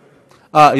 להצבעה.